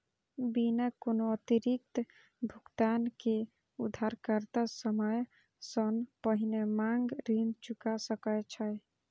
बिना कोनो अतिरिक्त भुगतान के उधारकर्ता समय सं पहिने मांग ऋण चुका सकै छै